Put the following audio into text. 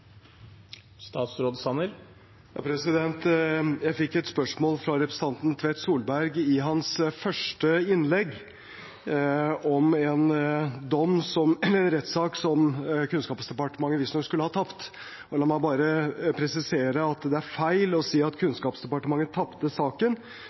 Tvedt Solberg i hans første innlegg om en rettssak som Kunnskapsdepartementet visstnok skulle ha tapt. La meg bare presisere at det er feil å si at